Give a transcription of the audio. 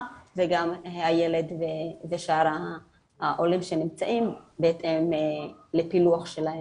וגם הילד ושאר העולים שנמצאים בהתאם לפילוח שלהם,